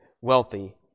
wealthy